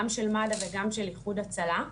גם של מד"א וגם של איחוד הצלה.